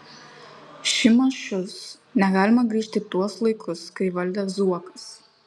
šimašius negalima grįžti į tuos laikus kai valdė zuokas